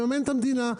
מממנת המדינה.